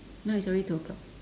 now it's already two o'clock